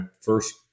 first